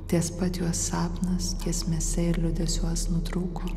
ties pat juo sapnas giesmėse ir liūdesiuos nutrūko